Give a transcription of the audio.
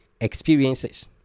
experiences